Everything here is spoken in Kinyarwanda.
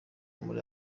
muri